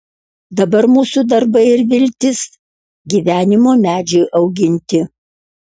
dabar mūsų darbai ir viltys gyvenimo medžiui auginti